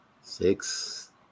six